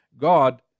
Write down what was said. God